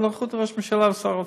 בנוכחות ראש הממשלה ושר האוצר.